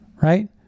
right